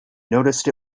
noticed